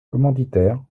commanditaires